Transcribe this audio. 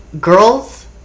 girls